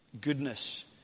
goodness